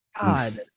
God